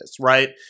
right